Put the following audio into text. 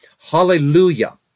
Hallelujah